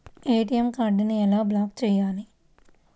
ATM కార్డుని ఎలా block చేయాలి?